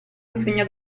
bisogna